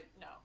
no